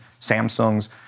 Samsung's